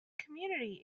community